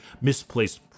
misplaced